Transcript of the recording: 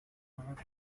barack